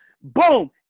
boom